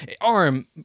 arm